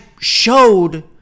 Showed